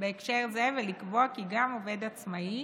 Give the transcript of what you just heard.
בהקשר זה, ולקבוע כי גם עובד עצמאי